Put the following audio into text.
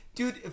Dude